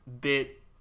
Bit